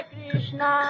Krishna